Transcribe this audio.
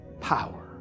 power